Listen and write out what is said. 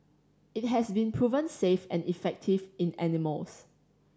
it has been proven safe and effective in animals